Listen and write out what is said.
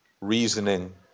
reasoning